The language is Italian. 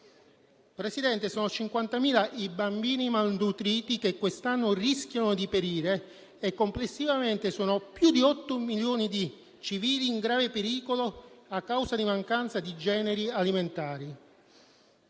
Presidente, sono 50.000 i bambini malnutriti che quest'anno rischiano di perire e complessivamente sono più di 8 milioni i civili in grave pericolo a causa di mancanza di generi alimentari.